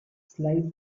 slide